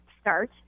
start